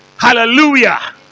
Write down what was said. Hallelujah